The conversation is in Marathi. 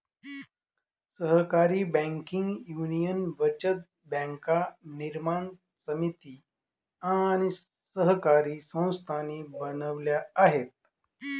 सहकारी बँकिंग युनियन बचत बँका निर्माण समिती आणि सहकारी संस्थांनी बनवल्या आहेत